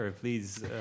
please